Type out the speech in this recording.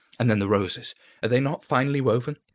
and then the roses! are they not finely woven?